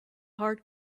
heart